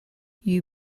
you